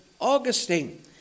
Augustine